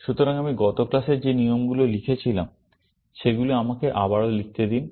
সুতরাং আমি গত ক্লাসে যে নিয়মগুলি লিখেছিলাম সেগুলি আমাকে আবারও লিখতে দিন